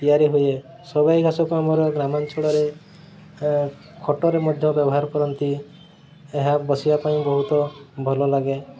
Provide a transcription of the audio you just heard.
ତିଆରି ହୁଏ ସବାଇ ଘାସକୁ ଆମର ଗ୍ରାମାଞ୍ଚଳରେ ଖଟରେ ମଧ୍ୟ ବ୍ୟବହାର କରନ୍ତି ଏହା ବସିବା ପାଇଁ ବହୁତ ଭଲ ଲାଗେ